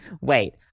wait